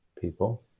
people